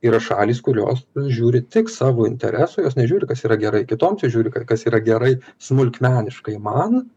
yra šalys kurios žiūri tik savo interesų jos nežiūri kas yra gerai kitoms jos žiūri kas yra gerai smulkmeniškai man